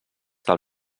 del